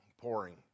Pouring